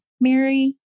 Mary